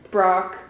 Brock